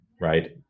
Right